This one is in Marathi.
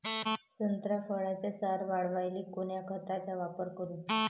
संत्रा फळाचा सार वाढवायले कोन्या खताचा वापर करू?